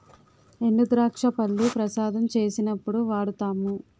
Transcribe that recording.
ఎండుద్రాక్ష పళ్లు ప్రసాదం చేసినప్పుడు వాడుతాము